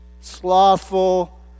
slothful